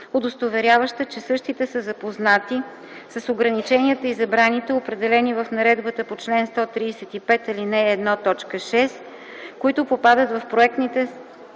удостоверяваща, че същите са запознати с ограниченията и забраните, определени в наредбата по чл. 135, ал. 1, т. 6, които попадат в проектните